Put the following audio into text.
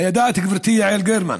הידעת, גברתי יעל גרמן,